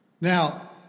Now